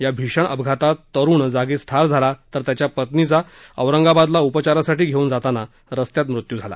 या भीषण अपघातात तरुण जागीच ठार झाला तर त्याच्या पत्नीचा औरंगाबादला उपचारासाठी घेवून जाताना रस्त्यातच मृत्यू झाला